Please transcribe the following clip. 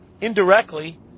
indirectly